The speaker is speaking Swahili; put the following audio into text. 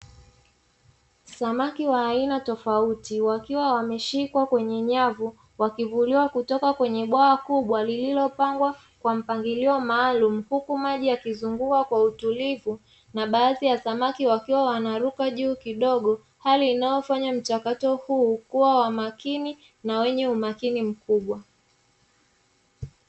Samaki wa aina tofauti wakiwa wameshikwa kwenye nyavu wakivuliwa kutoka kwenye bwawa kubwa lililopangwa kwa mpangilio maalumu, huku maji yakizunguka kwa utulivu na baadhi ya samaki wakiwa wanaruka juu kidogo, hali inayofanya mchakato huu kuwa wa makini na wenye umakini mkubwa.